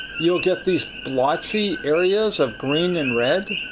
you'll get these blotchy areas of green and red